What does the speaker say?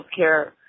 healthcare